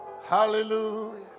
Hallelujah